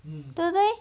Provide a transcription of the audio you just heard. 对不对